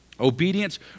Obedience